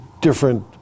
different